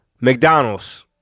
McDonald's